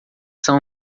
são